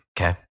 okay